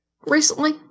recently